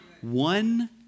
One